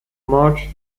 march